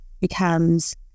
becomes